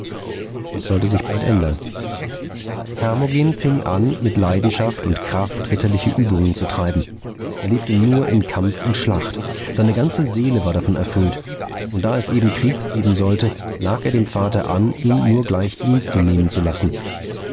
das sollte sich bald ändern hermogen fing an mit leidenschaft und kraft ritterliche übungen zu treiben er lebte nur in kampf und schlacht seine ganze seele war davon erfüllt und da es eben krieg geben sollte lag er dem vater an ihn nur gleich dienste nehmen zu lassen